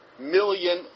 million